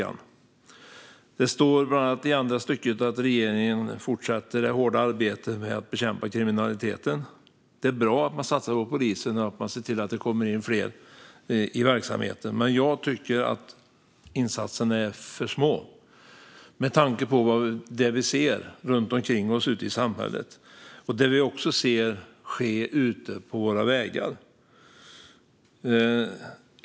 I andra stycket i svaret står bland annat att regeringen fortsätter det hårda arbetet med att bekämpa kriminaliteten. Det är bra att man satsar på polisen och ser till att det kommer in fler i verksamheten, men jag tycker att insatserna är för små med tanke på det vi ser runt omkring oss ute i samhället och ute på våra vägar.